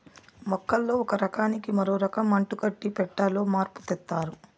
మొక్కల్లో ఒక రకానికి మరో రకం అంటుకట్టి పెట్టాలో మార్పు తెత్తారు